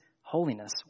holiness